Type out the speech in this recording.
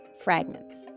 fragments